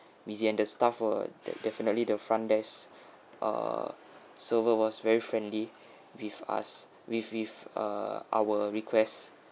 busy and the staff were def~ definitely the front desk's uh server was very friendly with us with with uh our request